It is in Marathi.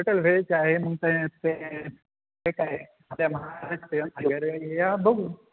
होटल वेज आहे मग ते ते काय महाराष्ट्रीयन वगैरे बघू